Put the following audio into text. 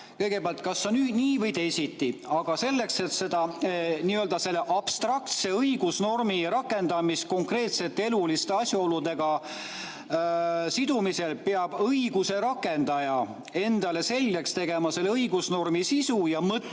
kas on nii või teisiti. Aga selleks, et seda abstraktset õigusnormi rakendada konkreetsete eluliste asjaoludega sidumisel, peab õiguse rakendaja endale selgeks tegema selle õigusnormi sisu ja mõtte.